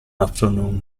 afternoon